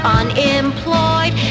unemployed